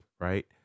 right